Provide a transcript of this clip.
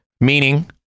Meaning